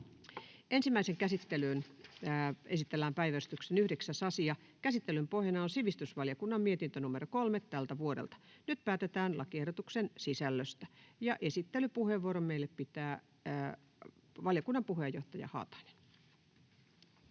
Ensimmäiseen käsittelyyn esitellään päiväjärjestyksen 9. asia. Käsittelyn pohjana on sivistysvaliokunnan mietintö SiVM 3/2024 vp. Nyt päätetään lakiehdotuksen sisällöstä. — Esittelypuheenvuoron meille pitää valiokunnan puheenjohtaja Haatainen.